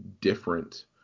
different